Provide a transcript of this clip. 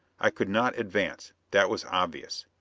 i could not advance that was obvious.